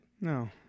No